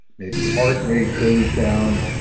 maybe heart rate goes down,